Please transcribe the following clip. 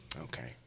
Okay